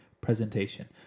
presentation